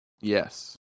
Yes